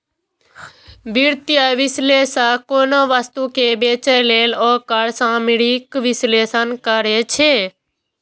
वित्तीय विश्लेषक कोनो वस्तु कें बेचय लेल ओकर सामरिक विश्लेषण करै छै